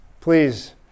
Please